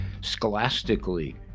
scholastically